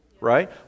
right